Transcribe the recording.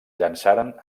llançaren